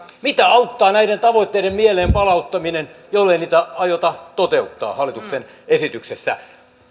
mitä auttaa näiden tavoitteiden mieleen palauttaminen jollei niitä aiota toteuttaa hallituksen esityksessä